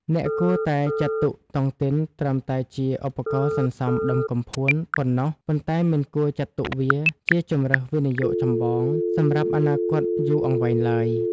អ្នកគួរតែចាត់ទុកតុងទីនត្រឹមតែជា "ឧបករណ៍សន្សំដុំកំភួន" ប៉ុណ្ណោះ ប៉ុន្តែមិនគួរចាត់ទុកវាជា "ជម្រើសវិនិយោគចម្បង" សម្រាប់អនាគតយូរអង្វែងឡើយ។